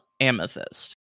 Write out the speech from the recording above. Amethyst